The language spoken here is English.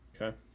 Okay